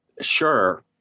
Sure